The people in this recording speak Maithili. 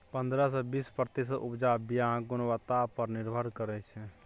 पंद्रह सँ बीस प्रतिशत उपजा बीयाक गुणवत्ता पर निर्भर करै छै